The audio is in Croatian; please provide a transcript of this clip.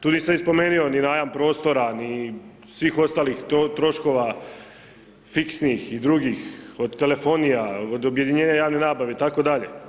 Tu nisam ni spomenuo ni najam prostora, ni svih ostalih troškova, fiksnih i drugih od telefonija, od objedinjenja javne nabave itd.